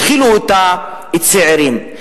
התחילו אותה הצעירים,